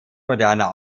moderner